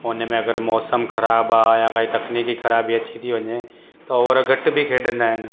हुन में अगरि मौसम ख़राब आहे या काई तकनीकी खराबीअ थी थी वञे त ओवर घटि बि खेॾंदा आहिनि